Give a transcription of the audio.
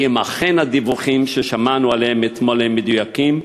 ואם אכן הדיווחים ששמענו עליהם אתמול הם מדויקים,